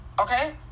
okay